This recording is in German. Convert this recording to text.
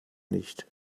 nicht